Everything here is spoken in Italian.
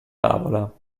tavola